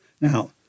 Now